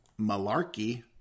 malarkey